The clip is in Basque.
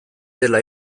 dela